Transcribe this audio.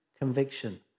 conviction